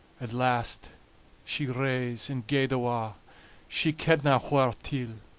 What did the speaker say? at last she rase and gaed awa', she kedna whaur till.